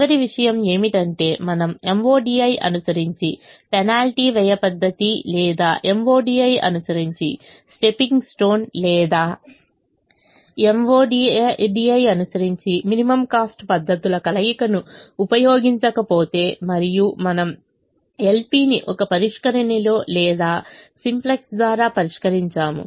చివరి విషయం ఏమిటంటే మనము మోడి అనుసరించిన పెనాల్టీ వ్యయ పద్ధతి లేదా మోడి అనుసరించిన స్టెప్పింగ్ స్టోన్ లేదా మోడి అనుసరించిన మినిట్ కాస్ట్ పద్ధతుల కలయికను ఉపయోగించకపోతే మరియు మనము ఎల్పిని ఒక పరిష్కరిణిలో లేదా సింప్లెక్స్ ద్వారా పరిష్కరించాము